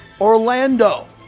Orlando